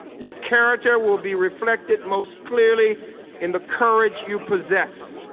your character will be reflected most clearly in the courage you possess,